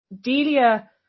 delia